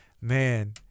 Man